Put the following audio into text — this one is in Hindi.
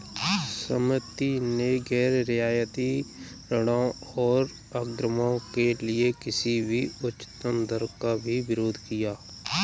समिति ने गैर रियायती ऋणों और अग्रिमों के लिए किसी भी उच्चतम दर का भी विरोध किया